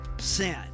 sin